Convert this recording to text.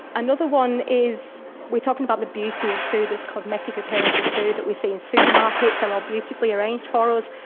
another one is we talk about the beauty of food, this cosmetic appearance of food that we see in supermarkets they're all beautifully arranged for us.